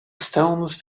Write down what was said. stones